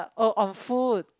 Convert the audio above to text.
oh on food